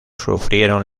sufrieron